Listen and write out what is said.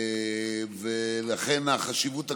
לכן החשיבות הגדולה.